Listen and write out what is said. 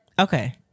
Okay